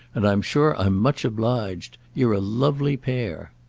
and i'm sure i'm much obliged. you're a lovely pair.